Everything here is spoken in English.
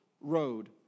road